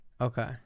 Okay